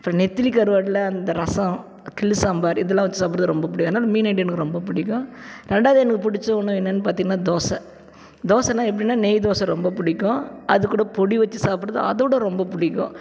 அப்புறம் நெத்திலி கருவாடில் அந்த ரசம் இட்லி சாம்பார் இதெல்லாம் வச்சு சாப்பிட்றது ரொம்ப பிடிக்கும் அதனால் மீனு ஐட்டம் எனக்கு ரொம்ப பிடிக்கும் ரெண்டாவது எனக்கு பிடிச்ச உணவு என்னென்னு பார்த்தீங்கன்னா தோசை தோசைன்னா எப்படின்னா நெய் தோசை ரொம்ப பிடிக்கும் அதுக்கூட பொடி வச்சு சாப்பிட்றது அதோடய ரொம்ப பிடிக்கும்